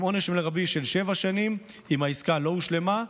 עם עונש מרבי של שבע שנים אם העסקה לא הושלמה,